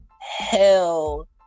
hell